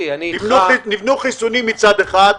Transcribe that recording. נבנו חיסונים מצד אחד,